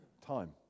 time